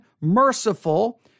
merciful